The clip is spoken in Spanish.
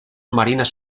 marinas